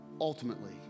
ultimately